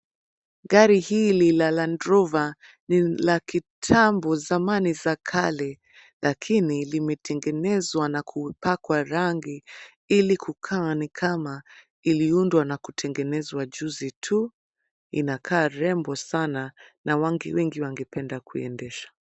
Gari hili la Landrover ni la kitambo zamani za kale lakini limetengenezwa na kupakwa rangi ili kukaa ni kama iliundwa na kutengenezwa juzi tu, inakaa rembo sana na watu wengi wangependa kuiendesha.